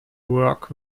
work